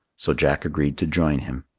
so jack agreed to join him.